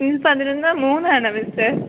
ഇന്ന് പതിനൊന്ന് മൂന്നാണ് മിസ്റ്റർ